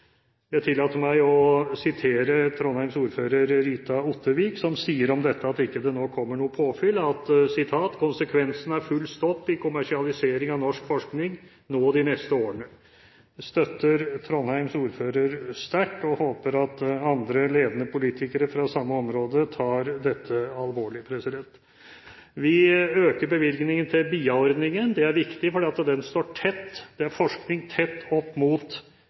Jeg tillater meg å sitere Trondheims ordfører, Rita Ottervik, som sier om det at det ikke kommer noe påfyll: «Konsekvensen er full stopp i kommersialisering av norsk forskning nå og de neste årene.» Jeg støtter Trondheims ordfører sterkt og håper at andre ledende politikere fra samme område tar dette alvorlig. Vi øker bevilgningen til BIA-ordningen. Det er viktig, for det er forskning som står tett opp mot